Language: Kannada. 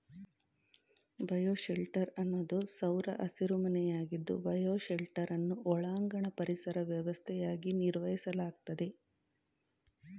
ಬಯೋಶೆಲ್ಟರ್ ಅನ್ನೋದು ಸೌರ ಹಸಿರುಮನೆಯಾಗಿದ್ದು ಬಯೋಶೆಲ್ಟರನ್ನು ಒಳಾಂಗಣ ಪರಿಸರ ವ್ಯವಸ್ಥೆಯಾಗಿ ನಿರ್ವಹಿಸಲಾಗ್ತದೆ